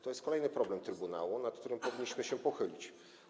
To jest kolejny problem trybunału, nad którym powinniśmy się pochylić.